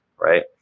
right